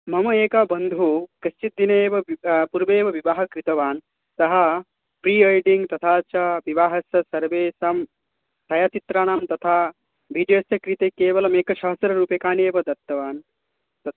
मम एकः बन्धु कश्चित् दिने एव पूर्वे एव विवाहं कृतवान् सः प्रीवेडिङ्ग् तथा च विवाहः च सर्वेषां छायाचित्राणां तथा विडियो अस्य कृते केवलम् एकसहस्ररूप्यकाणि एव दत्तवान्